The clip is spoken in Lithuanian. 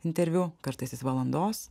interviu kartais jis valandos